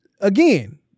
Again